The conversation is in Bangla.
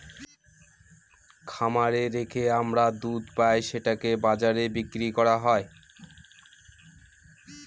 খামারে রেখে আমরা দুধ পাই সেটাকে বাজারে বিক্রি করা হয়